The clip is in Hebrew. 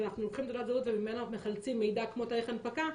ואנחנו לוקחים תעודת זהות וממנה מחלצים מידע כמו תאריך הנפקה,